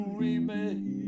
remain